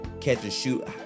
catch-and-shoot